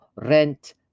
rent